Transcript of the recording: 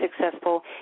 successful